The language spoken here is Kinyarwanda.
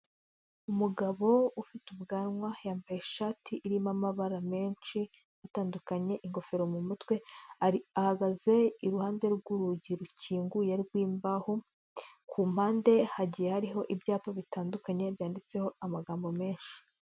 Umugabo ufite ubwanwa yambaye ishati irimo amabara menshi atandukanye, ingofero mu mutwe, ahagaze iruhande rw'urugi rukinguye rw'imbaho, ku mpande hagiye hariho ibyapa bitandukanye byanditseho amagambo menshi.